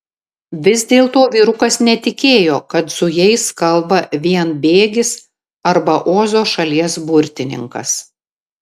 vis dėlto vyrukas netikėjo kad su jais kalba vienbėgis arba ozo šalies burtininkas